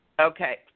Okay